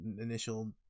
initial